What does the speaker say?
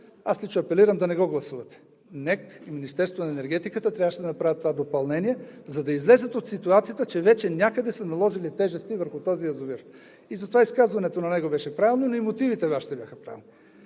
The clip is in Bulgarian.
Аз лично апелирам да не го гласувате. НЕК и Министерството на енергетиката трябваше да направят това допълнение, за да излезете от ситуацията, че вече някъде са наложили тежести върху този язовир и затова изказването на него беше правилно, но и Вашите мотиви бяха правилни.